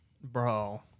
bro